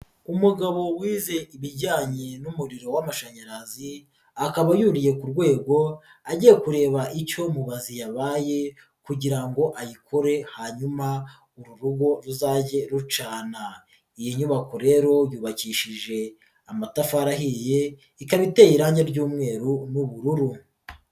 Umugabo wize ibijyanye n'umuriro w'amashanyarazi akaba yuriye ku rwego agiye kureba icyo mubazi yabaye kugira ngo ayikore hanyuma uru rugo ruzage rucana, iyi nyubako rero yubakishije amatafari ahiye ikaba iteye irange ry'umweru n'ubururu.